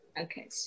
Okay